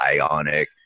ionic